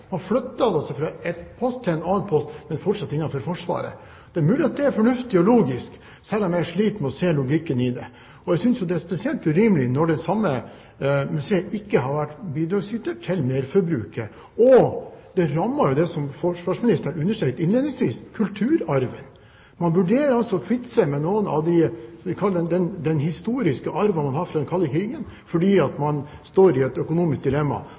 Man flytter det altså fra én post til en annen post, men fortsatt innenfor Forsvaret. Det er mulig at det er fornuftig og logisk, selv om jeg sliter med å se logikken i det. Og jeg synes jo det er spesielt urimelig når det samme museet ikke har vært bidragsyter til merforbruket. Det rammer jo det som forsvarsministeren understreket innledningsvis: kulturarven. Man vurderer altså å kvitte seg med noe av den – kall det – historiske arven man har fra den kalde krigen, fordi man står i et økonomisk dilemma.